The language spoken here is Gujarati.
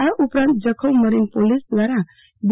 આ ઉપરાંત જખૌ મરીન પોલીસ વ્રારા બી